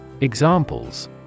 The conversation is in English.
Examples